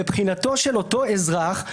מבחינתו של אותו אזרח,